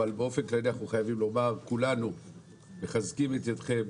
אבל באופן כללי אנחנו חייבים לומר כולנו מחזקים את ידכם,